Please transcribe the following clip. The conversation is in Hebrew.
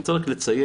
אני רוצה רק לציין,